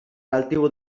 altivo